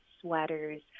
sweaters